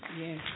yes